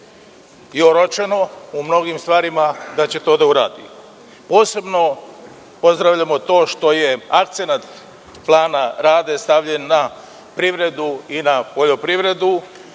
je oročeno u mnogim stvarima da će to da uradi. Posebno pozdravljamo to što je akcenat plana rada stavljen na privredu i na poljoprivredu,